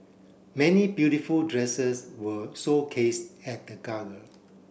many beautiful dresses were showcased at the gala